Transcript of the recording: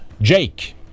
Jake